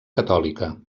catòlica